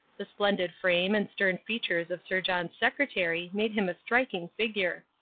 the splendid frame and stern features of sir john's secretary made him a striking figure.